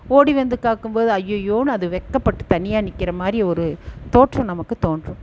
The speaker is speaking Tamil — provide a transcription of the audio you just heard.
ஓடி வந்து காக்கும்போது அய்யயோன்னு அது வெக்கப்பட்டு தனியாக நிற்கிற மாதிரி ஒரு தோற்றம் நமக்கு தோன்றும்